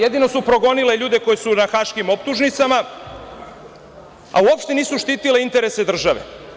Jedino su progonile ljude koji su na haškim optužnicama, a uopšte nisu štitile interese države.